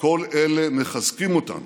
כל אלה מחזקים אותנו